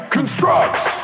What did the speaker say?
Constructs